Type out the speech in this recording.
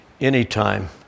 anytime